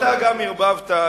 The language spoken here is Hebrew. אתה גם ערבבת,